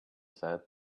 said